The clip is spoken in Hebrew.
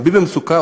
ומי במצוקה?